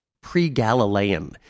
pre-Galilean